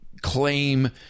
claim